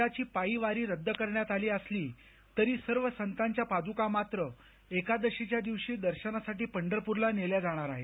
यंदाची पायी वारी रद्द करण्यात आली असली तरी सर्व संतांच्या पादुका मात्र एकादशीच्या दिवशी दर्शनासाठी पंढरपूरला नेल्या जाणार आहेत